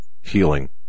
healing